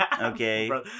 okay